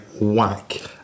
whack